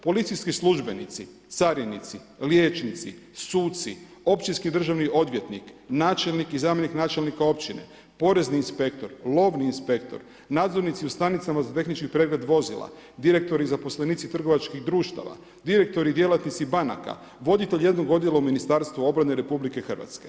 Policijski službenici, carinici, liječnici, suci, općinski državni odvjetnik, načelnik i zamjenik načelnika općina, porezni inspektor, lovni inspektor, nadzornici u stanicama za tehnički pregled vozila, direktori i zaposlenici trgovačkih društava, direktori i djelatnici banaka, voditelj jednog odjela u Ministarstvu obrane RH.